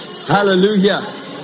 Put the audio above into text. Hallelujah